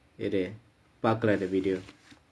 இரு பார்க்கலாம் இந்த:iru paarkalaam intha video